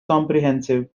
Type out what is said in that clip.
comprehensive